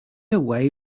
away